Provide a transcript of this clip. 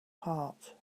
heart